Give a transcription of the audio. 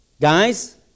Guys